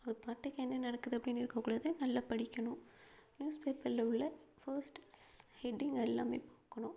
அது பாட்டுக்கு என்ன நடக்குது அப்படின்னு இருக்கக்கூடாது நல்லா படிக்கணும் நியூஸ் பேப்பரில் உள்ள ஃபஸ்ட்டு ஹெட்டிங் எல்லாம் பார்க்கணும்